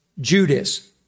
Judas